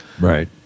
Right